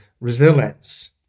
resilience